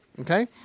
Okay